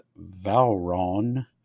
Valron